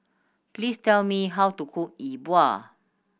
please tell me how to cook E Bua